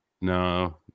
no